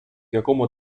якому